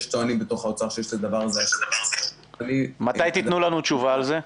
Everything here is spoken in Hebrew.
יש הטוענים בתוך האוצר שיש לדבר הזה --- מתי תיתנו לנו תשובה על זה?